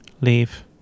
Leave